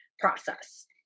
process